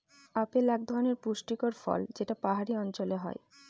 apple এক ধরনের পুষ্টিকর ফল যেটা পাহাড়ি অঞ্চলে হয়